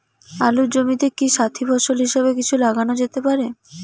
আলুর জমিতে কি সাথি ফসল হিসাবে কিছু লাগানো যেতে পারে?